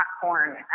popcorn